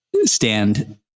stand